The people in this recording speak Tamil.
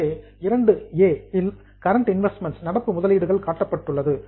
எனவே 2 இல் கரண்ட் இன்வெஸ்ட்மெண்ட்ஸ் நடப்பு முதலீடுகள் காட்டப்பட்டுள்ளது